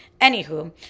Anywho